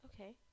Okay